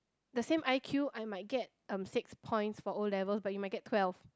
the same I_Q I might get um six points for O-levels but you might get twelve